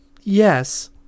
Yes